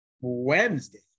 Wednesday